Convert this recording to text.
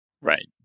Right